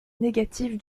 négative